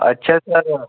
अच्छा सर मग